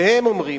הם אומרים,